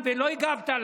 ואפילו לא הגבת.